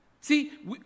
see